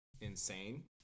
insane